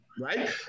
Right